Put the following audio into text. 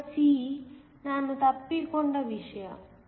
ಭಾಗ c ನಾನು ತಪ್ಪಿಸಿಕೊಂಡ ವಿಷಯ